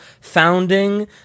founding